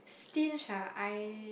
stinge ah I